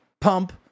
pump